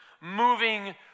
moving